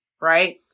right